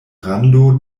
rando